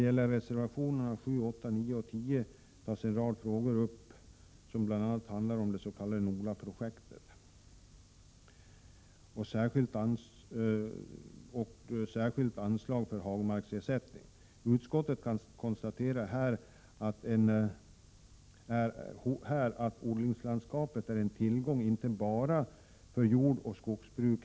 I reservationerna 7, 8, 9 och 10 tas en rad frågor upp som bl.a. handlar om det s.k. NOLA-projektet och särskilt anslag för hagmarksersättning. Utskottet konstaterar att odlingslandskapet är en tillgång inte bara för jordoch skogsbruk.